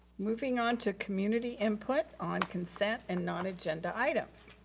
moving on to community input on consent and non-agenda items.